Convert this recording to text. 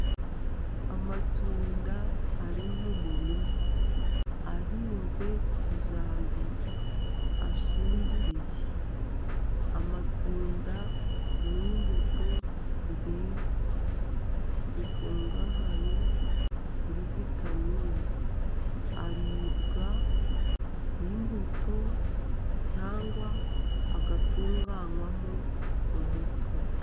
Amatunda ari mu murima ahinze kijyambere, ashingiriye. Amatunda ni imbuto nziza zikungahaye kuri vitamini aribwa imbuto cyangwa agatunganywamo umutobe.